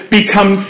become